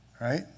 right